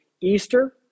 Easter